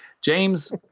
James